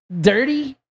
dirty